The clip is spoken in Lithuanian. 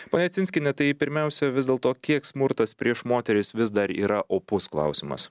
ponia cinskiene tai pirmiausia vis dėlto kiek smurtas prieš moteris vis dar yra opus klausimas